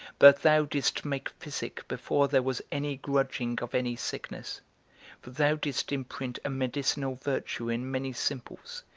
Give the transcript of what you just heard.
but thou didst make physic before there was any grudging of any sickness for thou didst imprint a medicinal virtue in many simples,